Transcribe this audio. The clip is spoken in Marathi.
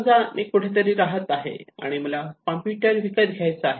समजा मी कुठेतरी राहत आहे आणि मला कॉम्प्युटर विकत घ्यायचा आहे